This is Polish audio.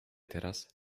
teraz